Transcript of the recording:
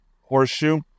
horseshoe